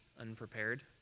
unprepared